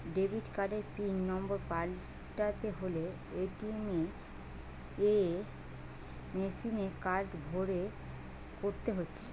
debit কার্ডের pin number পাল্টাতে হলে এ.টি.এম এ যেয়ে মেসিনে কার্ড ভরে করতে হচ্ছে